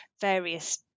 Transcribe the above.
various